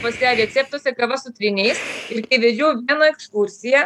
pas ją receptuose su tryniais ir kai vedžiau vieną ekskursiją